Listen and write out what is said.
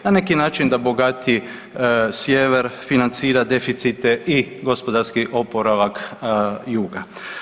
Na neki način da bogatiji sjever financira deficite i gospodarski oporavak jug.